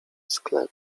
sklep